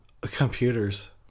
Computers